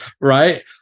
right